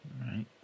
right